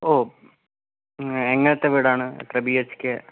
ഓഹ് എങ്ങനത്തെ വീടാണ് എത്ര ബി എച്ച് കെയാ